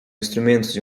instrumentos